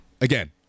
again